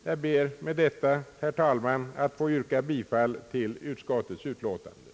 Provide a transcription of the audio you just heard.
Jag ber med detta, herr talman, att få yrka bifall till utskottets förslag.